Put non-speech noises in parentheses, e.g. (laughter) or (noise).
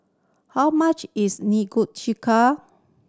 how much is (unintelligible)